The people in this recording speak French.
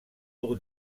pour